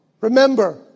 remember